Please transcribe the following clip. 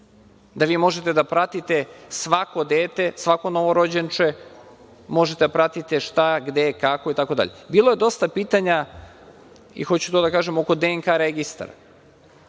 da vi možete da pratite svako dete, svako novorođenče možete da pratite šta, gde kako itd. Bilo je dosta pitanja, i hoću to da kažem, oko DNK registara.